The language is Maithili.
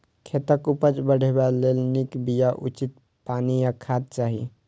खेतक उपज बढ़ेबा लेल नीक बिया, उचित पानि आ खाद चाही